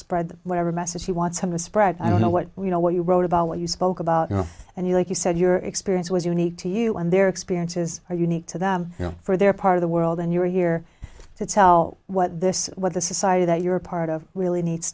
spread whatever message he wants him to spread i don't know what you know what you wrote about what you spoke about you know and he like you said your experience was unique to you and their experiences are unique to them you know for their part of the world and you're here to tell what this what the society that you're a part of really needs